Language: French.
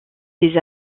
des